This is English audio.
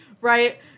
right